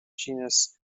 genus